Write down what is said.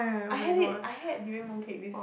I have it I had during mooncake wish